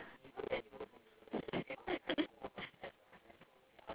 ya ya true true okay okay I write a essay for you now